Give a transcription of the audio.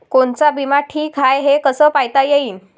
कोनचा बिमा ठीक हाय, हे कस पायता येईन?